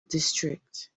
district